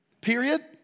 period